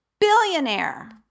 billionaire